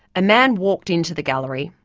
a man walked into the gallery,